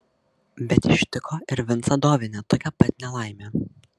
bet ištiko ir vincą dovinę tokia pat nelaimė